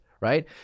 right